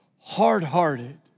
hard-hearted